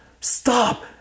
stop